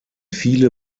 viele